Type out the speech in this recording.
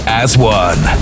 as-one